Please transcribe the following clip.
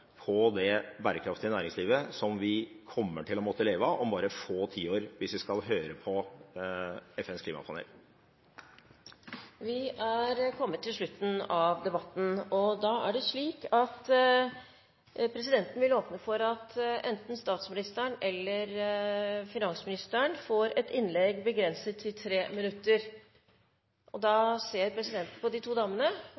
på det bærekraftige næringslivet som vi kommer til å måtte leve av om bare få tiår, hvis vi skal høre på FNs klimapanel? Vi er kommet til slutten av debatten, og da vil presidenten åpne for at enten statsministeren eller finansministeren får holde et innlegg begrenset til tre minutter.